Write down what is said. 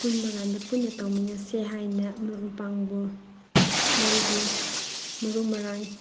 ꯄꯨꯟꯕ ꯀꯥꯟꯗ ꯄꯨꯟꯅ ꯇꯧꯃꯤꯟꯅꯁꯦ ꯍꯥꯏꯅ ꯃꯔꯨꯞ ꯃꯄꯥꯡꯕꯨ ꯃꯣꯏꯒꯤ ꯃꯔꯨ ꯃꯔꯥꯡ